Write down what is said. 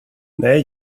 nej